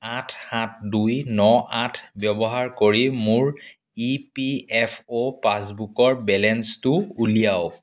আঠ সাত দুই ন আঠ ব্যৱহাৰ কৰি মোৰ ই পি এফ অ' পাছবুকৰ বেলেঞ্চটো উলিয়াওক